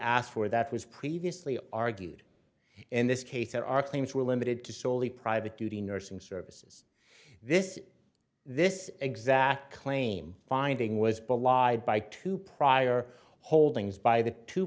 asked for that was previously argued in this case are our claims were limited to solely private duty nursing services this this exact claim finding was belied by two prior holdings by t